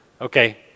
okay